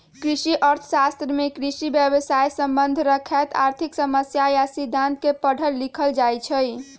कृषि अर्थ शास्त्र में कृषि व्यवसायसे सम्बन्ध रखैत आर्थिक समस्या आ सिद्धांत के पढ़ल लिखल जाइ छइ